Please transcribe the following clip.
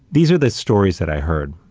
these are the stories that i heard.